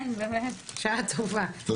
תודה.